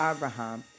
Abraham